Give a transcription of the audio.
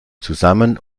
zusammen